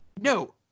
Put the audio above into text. No